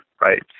right